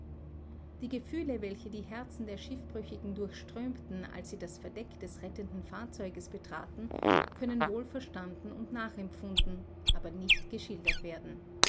die gefühle welche die herzen der schiffbrüchigen durchstürmten als sie das verdeck des rettenden fahrzeuges betraten können wohl verstanden und nachempfunden aber nicht geschildert werden